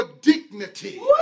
dignity